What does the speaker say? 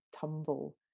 tumble